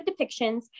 depictions